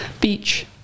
beach